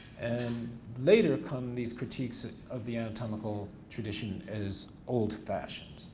and later come these critiques of the anatomical tradition as old fashioned,